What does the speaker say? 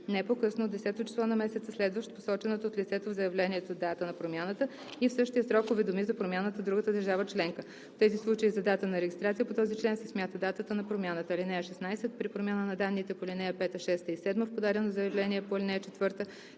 не по-късно от 10-о число на месеца, следващ посочената от лицето в заявлението дата на промяната, и в същия срок уведоми за промяната другата държава членка. В тези случаи за дата на регистрация по този член се смята датата на промяната. (16) При промяна на данните по ал. 5, 6 и 7 в подадено заявление по ал. 4,